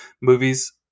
movies